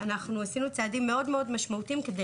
אנחנו עשינו צעדים מאוד משמעותיים כדי